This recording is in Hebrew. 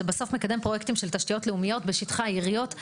בסוף מקדם פרויקטים של תשתיות לאומיות בשטחי העיריות,